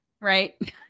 Right